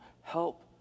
Help